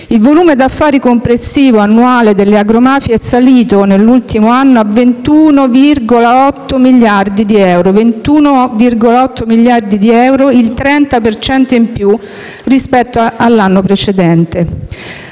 Il volume di affari complessivo annuale delle agromafie è salito nell'ultimo anno a 21,8 miliardi di euro, il 30 per cento in più rispetto all'anno precedente.